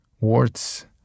warts